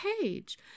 page